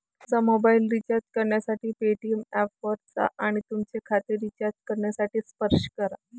तुमचा mobile recharge करण्यासाठी Paytm ऐपवर जा आणि तुमचे खाते रिचार्ज करण्यासाठी स्पर्श करा